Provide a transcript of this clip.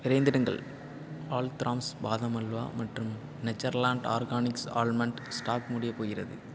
விரைந்திடுங்கள் ஹால்த்ராம்ஸ் பாதாம் அல்வா மற்றும் Natureland Organics almond stock முடியப்போகிறது